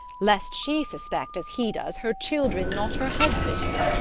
lest she suspect, as he does, her children not her husband's!